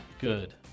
Good